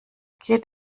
geht